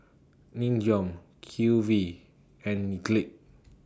Nin Jiom Q V and